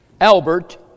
Albert